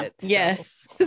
Yes